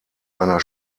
einer